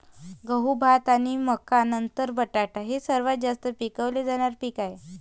गहू, भात आणि मका नंतर बटाटा हे सर्वात जास्त पिकवले जाणारे पीक आहे